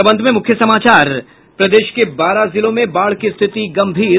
और अब अंत में मुख्य समाचार प्रदेश के बारह जिलों में बाढ़ की स्थिति गंभीर